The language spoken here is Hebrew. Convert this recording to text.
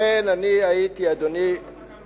וכדאי אולי שתבקשו לשנות את התקנון.